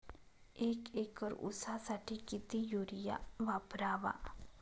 एक एकर ऊसासाठी किती युरिया वापरावा?